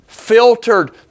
filtered